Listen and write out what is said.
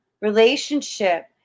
relationship